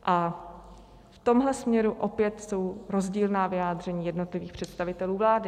A v tomhle směru opět jsou rozdílná vyjádření jednotlivých představitelů vlády.